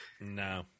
No